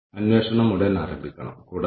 അപ്പോൾ നമുക്ക് ഉൽപ്പാദനക്ഷമത വിലയിരുത്താം